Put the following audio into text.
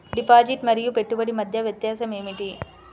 Deposit మరియు పెట్టుబడి మధ్య వ్యత్యాసం ఏమిటీ?